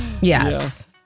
Yes